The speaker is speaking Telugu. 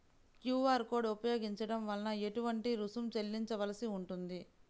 క్యూ.అర్ కోడ్ ఉపయోగించటం వలన ఏటువంటి రుసుం చెల్లించవలసి ఉంటుంది?